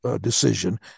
decision